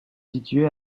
situé